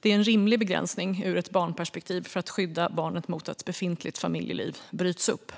Det är en rimlig begränsning ur ett barnperspektiv då det handlar om att skydda barnet mot att ett befintligt familjeliv bryts upp.